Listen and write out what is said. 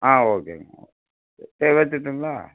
ஆ ஓகேங்க சரி வச்சுட்டுங்களா